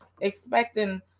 Expecting